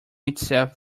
itself